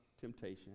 temptation